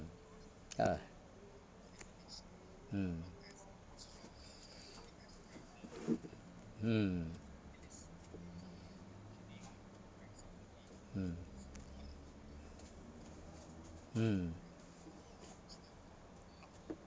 ah mm mm mm mm